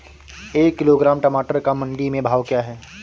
एक किलोग्राम टमाटर का मंडी में भाव क्या है?